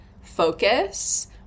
focus